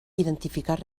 identificar